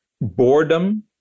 boredom